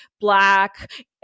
black